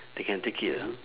they can take it ah